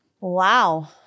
Wow